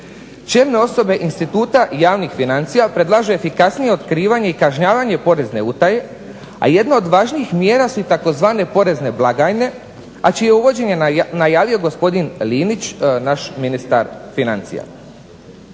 Čelne osobe instituta i javnih financija predlažu efikasnije i otkrivanje i kažnjavanje porezne utaje, a jedna od važnijih mjera su tzv. porezne blagajne a čije je uvođenje najavio gospodin Linić naš ministar financija.